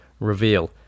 reveal